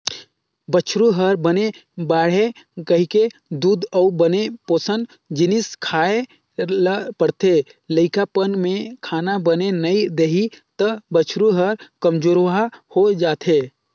बछरु ह बने बाड़हय कहिके दूद अउ बने पोसन जिनिस खवाए ल परथे, लइकापन में खाना बने नइ देही त बछरू ह कमजोरहा हो जाएथे